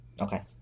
Okay